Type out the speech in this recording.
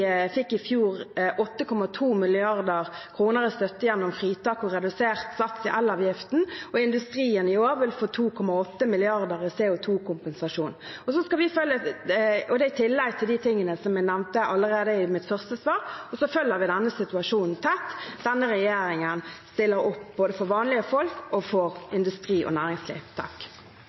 fikk i fjor 8,2 mrd. kr i støtte gjennom fritak og redusert sats i elavgiften, og industrien i år vil få 2,8 mrd. kr i CO 2 -kompensasjon. Det kommer i tillegg til det jeg nevnte allerede i mitt første svar, og så følger vi denne situasjonen tett. Denne regjeringen stiller opp både for vanlige folk og for industri og næringsliv.